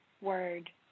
word